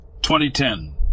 2010